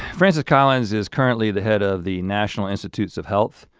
francis collins is currently the head of the national institutes of health.